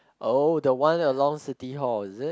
oh the one along City Hall is it